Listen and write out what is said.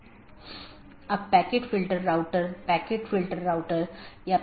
4 जीवित रखें मेसेज यह निर्धारित करता है कि क्या सहकर्मी उपलब्ध हैं या नहीं